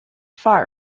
far